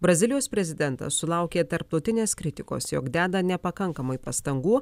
brazilijos prezidentas sulaukė tarptautinės kritikos jog deda nepakankamai pastangų